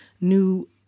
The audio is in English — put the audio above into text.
new